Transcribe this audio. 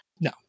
No